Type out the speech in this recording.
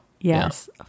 Yes